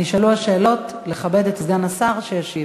נשאלו השאלות, לכבד את סגן השר שישיב.